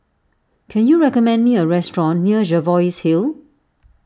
can you recommend me a restaurant near Jervois Hill